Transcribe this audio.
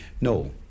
No